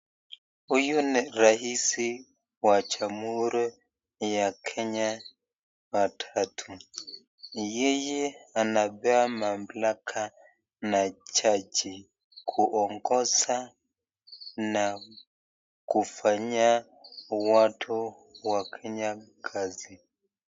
Huyu ni rais wa jamuhuri ya kenya wa tatu. Yeye anapewa mamlaka na jaji kuongoza na kufanya watu wafanye kazi.